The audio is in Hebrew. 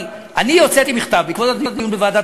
אבל אני הוצאתי מכתב בעקבות הדיון בוועדת